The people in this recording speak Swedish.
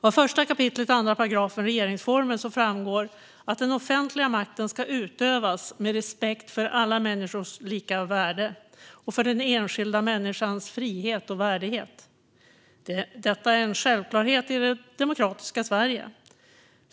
Av 1 kap. 2 § regeringsformen framgår att den offentliga makten ska utövas med respekt för alla människors lika värde och för den enskilda människans frihet och värdighet. Detta är en självklarhet i det demokratiska Sverige.